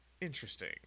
interesting